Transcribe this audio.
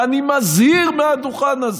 ואני מזהיר מהדוכן הזה,